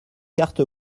carte